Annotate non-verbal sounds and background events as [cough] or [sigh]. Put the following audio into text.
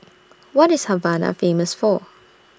[noise] What IS Havana Famous For